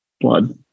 blood